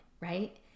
right